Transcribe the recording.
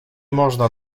można